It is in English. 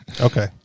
Okay